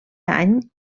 any